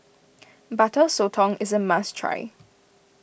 Butter Sotong is a must try